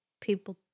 people